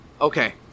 Okay